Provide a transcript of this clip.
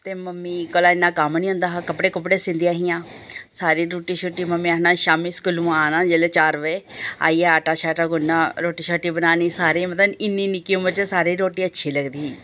ते मम्मी कोलां इन्ना कम्म निं होंदा हा कपड़े कुपड़े सींदियां हियां सारी रुट्टी शुट्टी मम्मी आखना शामीं स्कूलूं आना जिसलै चार बजे आइयै आटा शाटा गुन्नना रुट्टी शटी बनानी सारें ई मतलब इन्नी निक्की उमर च सारें ई रुट्टी अच्छी लगदी ही